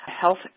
health